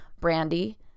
Brandy